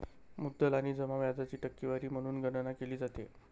मुद्दल आणि जमा व्याजाची टक्केवारी म्हणून गणना केली जाते